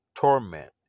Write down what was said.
Torment